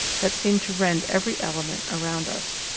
that seemed to rend every element around us.